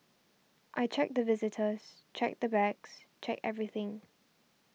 I check the visitors check the bags check everything